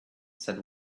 said